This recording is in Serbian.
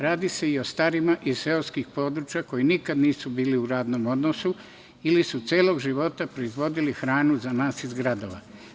Radi se i o starima iz seoskih područja koji nikada nisu bili u radnom odnosu ili su celog života proizvodili hranu za nas iz gradova.